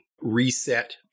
reset